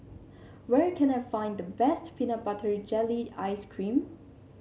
where can I find the best Peanut Butter Jelly Ice cream